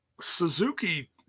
Suzuki